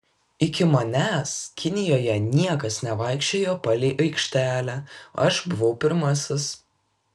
iki manęs kinijoje niekas nevaikščiojo palei aikštelę aš buvau pirmasis